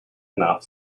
enough